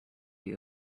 you